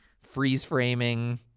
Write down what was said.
freeze-framing